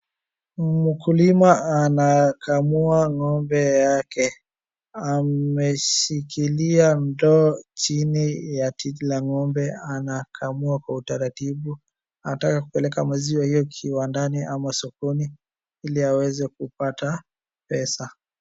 Mkulima anakamua ng'ombe yake. Ameshikilia ndoo chini ya titi la ng'ombe anakamua kwa utaratibu . Anataka kupeleka maziwa hiyo kiwandani ama sokoni ili aweze kupata pesa.